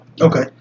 Okay